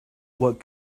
what